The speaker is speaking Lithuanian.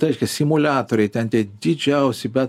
tai reiškia simuliatoriai ten didžiausi be